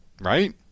Right